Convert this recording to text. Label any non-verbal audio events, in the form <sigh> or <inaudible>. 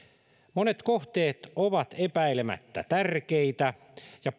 monet kohteet ovat epäilemättä tärkeitä ja <unintelligible>